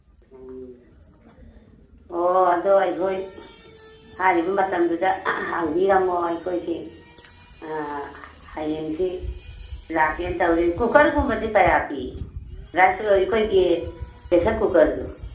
ꯎꯝ ꯑꯣ ꯑꯗꯨ ꯑꯩꯈꯣꯏ ꯍꯥꯏꯔꯤꯕ ꯃꯇꯝꯗꯨꯗ ꯍꯥꯡꯕꯤꯔꯝꯃꯣ ꯑꯩꯈꯣꯏꯁꯤ ꯍꯌꯦꯡꯁꯤ ꯂꯥꯛꯀꯦꯅ ꯇꯧꯔꯤ ꯀꯨꯀꯔꯒꯨꯝꯕꯗꯤ ꯀꯌꯥ ꯄꯤ ꯔꯥꯏꯁ ꯀꯨꯀꯔ ꯑꯩꯈꯣꯏꯒꯤ ꯄ꯭ꯔꯦꯁꯔ ꯀꯨꯀꯔꯗꯣ